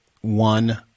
one